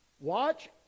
Watch